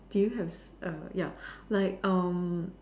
do you have err ya like um